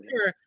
sure